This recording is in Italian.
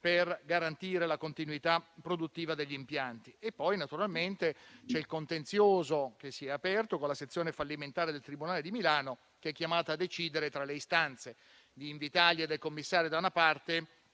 a garantire la continuità produttiva degli impianti. Vi è poi naturalmente il contenzioso che si è aperto con la sezione fallimentare del tribunale di Milano, che è chiamata a decidere tra le istanze di Invitalia e del commissario, da una parte,